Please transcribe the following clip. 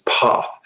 path